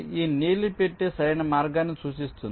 ఈ నీలి పెట్టె సరైన మార్గాన్ని సూచిస్తుంది